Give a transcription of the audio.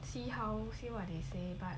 see how say what they say but